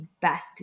best